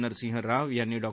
नरसिंह राव यांनी डॉ